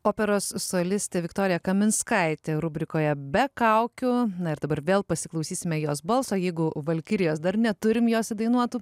operos solistė viktorija kaminskaitė rubrikoje be kaukių ir dabar vėl pasiklausysime jos balso jeigu valkirijos dar neturim jos įdainuotų